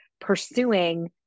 pursuing